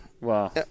Wow